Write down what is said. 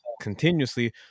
continuously